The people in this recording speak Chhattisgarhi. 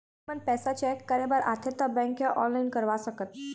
आपमन पैसा चेक करे बार आथे ता बैंक या ऑनलाइन करवा सकत?